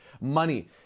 money